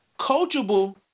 Coachable